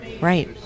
right